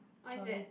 what is that